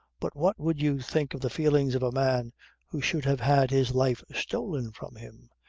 but what would you think of the feelings of a man who should have had his life stolen from him?